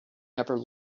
never